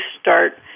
start